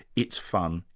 it's fun,